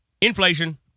inflation